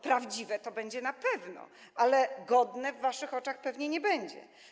Prawdziwe to będzie na pewno, ale godne w waszych oczach pewnie nie będzie.